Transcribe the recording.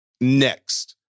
Next